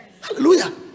Hallelujah